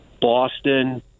Boston